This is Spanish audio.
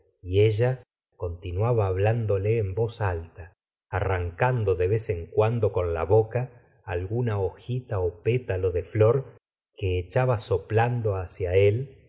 y ella continuaba hablándole en voz alta arrancando de vez en cuando con la boca alguna hojita pétalo de flor que echaba soplando hacia él